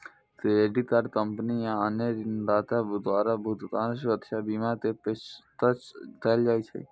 credit card company आ अन्य ऋणदाता द्वारा भुगतान सुरक्षा बीमा के पेशकश कैल जाइ छै